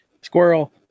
Squirrel